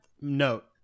note